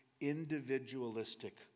individualistic